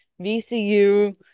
VCU